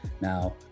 Now